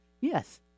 Yes